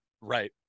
Right